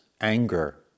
anger